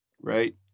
right